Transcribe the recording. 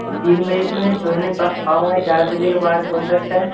ma'am तीन बजे तो मैं छोड़ नहीं पाऊँगा चार बजे के बाद हो सकता है